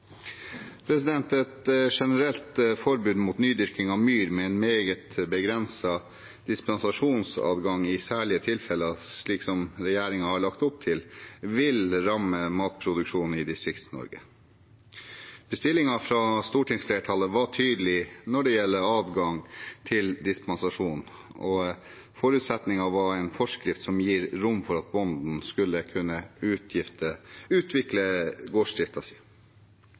Et generelt forbud mot nydyrking av myr, med en meget begrenset dispensasjonsadgang i særlige tilfeller, slik som regjeringen har lagt opp til, vil ramme matproduksjonen i Distrikts-Norge. Bestillingen fra stortingsflertallet var tydelig når det gjelder adgang til dispensasjon, og forutsetningen var en forskrift som gir rom for at bonden skulle kunne utvikle